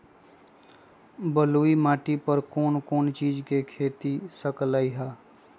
बलुई माटी पर कोन कोन चीज के खेती हो सकलई ह?